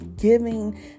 giving